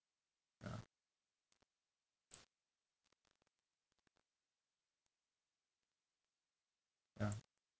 ya ya